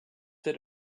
that